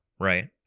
right